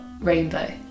Rainbow